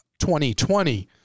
2020